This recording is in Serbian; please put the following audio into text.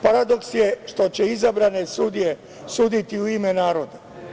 Paradoks je što će izabrane sudije suditi u ime naroda.